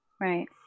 Right